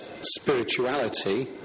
spirituality